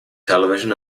television